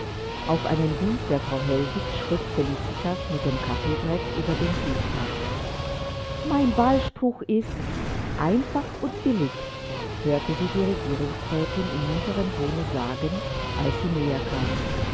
auf einen wink der frau hellwig schritt felicitas mit dem kaffeebrett über den kiesplatz mein wahlspruch ist einfach und billig hörte sie die regierungsrätin in munterem tone sagen als sie näher kam